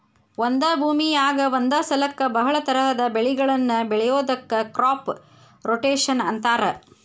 ಒಂದ ಭೂಮಿಯಾಗ ಒಂದ ಸಲಕ್ಕ ಬಹಳ ತರಹದ ಬೆಳಿಗಳನ್ನ ಬೆಳಿಯೋದಕ್ಕ ಕ್ರಾಪ್ ರೊಟೇಷನ್ ಅಂತಾರ